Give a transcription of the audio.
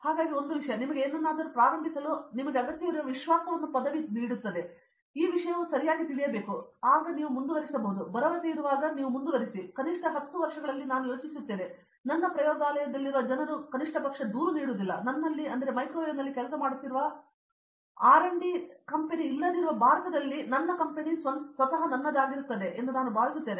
ಹಾಗಾಗಿ ಒಂದು ವಿಷಯ ಅಥವಾ ನಿಮಗೆ ಏನನ್ನಾದರೂ ಪ್ರಾರಂಭಿಸಲು ನಿಮಗೆ ಅಗತ್ಯವಿರುವ ವಿಶ್ವಾಸವನ್ನು ಪದವಿ ನೀಡುತ್ತದೆ ನಿಮಗೆ ಈ ವಿಷಯವು ಸರಿಯಾಗಿ ತಿಳಿದಿದ್ದರೆ ನೀವು ಮುಂದುವರಿಸಬಹುದು ಎಂದು ನೀವು ಭರವಸೆಯಿರುವಾಗ ಕನಿಷ್ಠ 10 ವರ್ಷಗಳಲ್ಲಿ ನಾನು ಯೋಚಿಸುತ್ತೇನೆ ನನ್ನ ಪ್ರಯೋಗಾಲಯದಲ್ಲಿರುವ ಜನರು ಕನಿಷ್ಟಪಕ್ಷ ದೂರು ನೀಡುವುದಿಲ್ಲ ನನ್ನಲ್ಲಿ ಮೈಕ್ರೋವೇವ್ನಲ್ಲಿ ಕೆಲಸ ಮಾಡುತ್ತಿರುವ R D ನಲ್ಲಿ ಕಂಪೆನಿ ಇಲ್ಲದಿರುವ ಭಾರತದಲ್ಲಿ ಸ್ವಂತ ಕಂಪೆನಿ ನನ್ನದಾಗಿರುತ್ತದೆ ಎಂದು ನಾನು ಭಾವಿಸುತ್ತೇನೆ